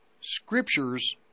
scriptures